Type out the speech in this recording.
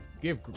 give